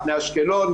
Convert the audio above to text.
מאשקלון,